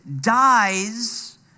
dies